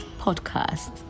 podcast